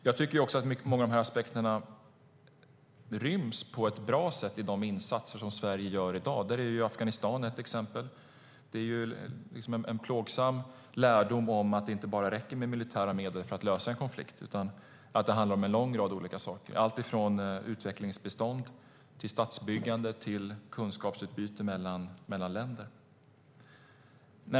Jag tycker också att många av dessa aspekter ryms på ett bra sätt i de insatser som Sverige gör i dag. Där är Afghanistan ett exempel, med en plågsam lärdom om att det inte bara räcker med militära medel för att lösa en konflikt utan att det handlar om en lång rad olika saker, alltifrån utvecklingsbistånd till statsbyggande och kunskapsutbyte mellan länder.